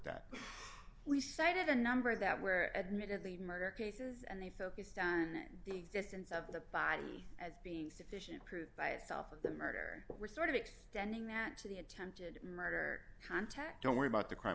that we cited a number that were admittedly murder cases and they focused on the existence of the body as being sufficient proof by itself of the murder but we're sort of extending that to the attempted murder contact don't worry about the crime